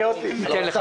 לא,